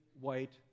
White